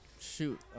Shoot